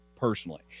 personally